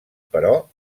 però